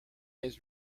has